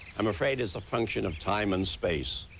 i'm afraid it's a function of time and space.